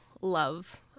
love